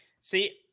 see